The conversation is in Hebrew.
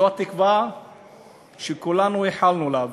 זו התקווה שכולנו ייחלנו לה.